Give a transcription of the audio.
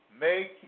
Make